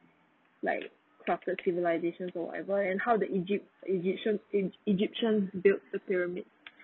like started civilisation for whatever and how the egypt~ egyptian egy~ egyptian built the pyramid